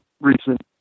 recent